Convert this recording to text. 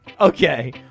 Okay